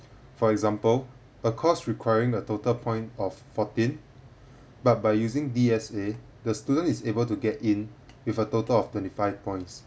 for example a course requiring the total point of fourteen but by using D_S_A the student is able to get in with a total of twenty five points